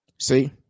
See